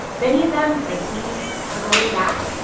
many of them, like denise, are going back.